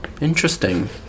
Interesting